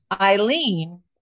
Eileen